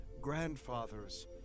grandfather's